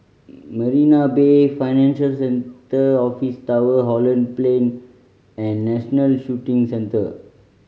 Marina Bay Financial Centre Office Tower Holland Plain and National Shooting Centre